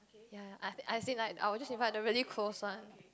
ya ya I I as in like I would just invite the really close one